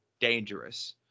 dangerous